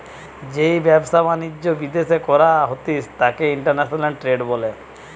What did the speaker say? যেই ব্যবসা বাণিজ্য বিদ্যাশে করা হতিস তাকে ইন্টারন্যাশনাল ট্রেড বলে